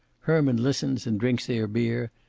herman listens and drinks their beer,